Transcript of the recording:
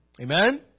Amen